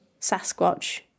Sasquatch